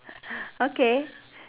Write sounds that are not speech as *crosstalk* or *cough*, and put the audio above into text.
*breath* okay